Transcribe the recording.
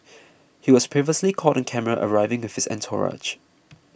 he was previously caught on camera arriving with his entourage